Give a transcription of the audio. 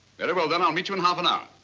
very well then, i'll meet you in half an hour.